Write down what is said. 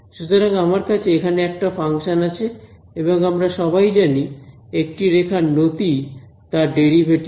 সুতরাং আমার কাছে এখানে একটা ফাংশন আছে এবং আমরা সবাই জানি একটি রেখার নতি তার ডেরিভেটিভ